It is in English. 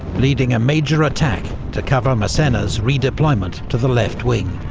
leading a major attack to cover massena's redeployment to the left wing.